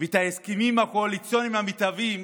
ואת ההסכמים הקואליציוניים המתהווים